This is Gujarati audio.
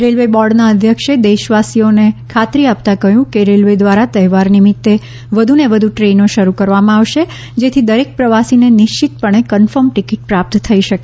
રેલવે બોર્ડના અધ્યક્ષે દેશવાસીઓને ખાતરી આપતાં કહ્યું કે રેલવે દ્વારા તહેવાર નિમિત્ત વધુને વધુ ટ્રેનો શરૂ કરવામાં આવશે જેથી દરેક પ્રવાસીને નિશ્ચિત પણે કન્ફર્મ ટીકીટ પ્રાપ્ત થઈ શકે